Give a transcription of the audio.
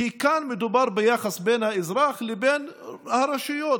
כאן מדובר ביחס בין האזרח לבין הרשויות.